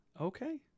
Okay